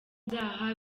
byaha